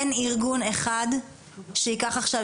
אין ארגון אחד שייקח עכשיו,